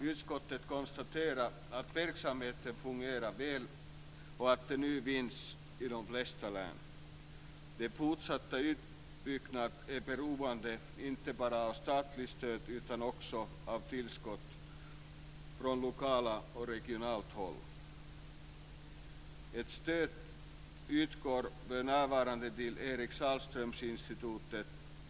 Utskottet konstaterar att verksamheten fungerar väl och att den nu finns i de flesta län. Den fortsatta utbyggnaden är beroende inte bara av statligt stöd, utan också av tillskott från lokalt och regionalt håll. Ett stöd utgår för närvarande till Eric Sahlströminstitutet.